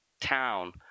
town